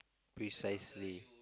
precisely